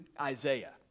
Isaiah